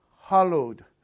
hallowed